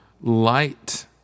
light